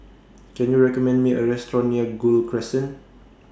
Can YOU recommend Me A Restaurant near Gul Crescent